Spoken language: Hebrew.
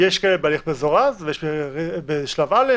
יש כאלה בהליך מזורז ויש כאלה בשלב א',